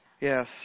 Yes